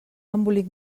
embolic